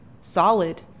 solid